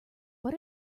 but